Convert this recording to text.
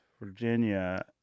Virginia